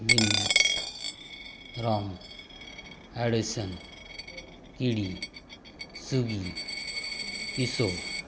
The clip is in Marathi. मिनियन्स रॉम ॲडेसन किडी सुगी पिसो